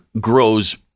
grows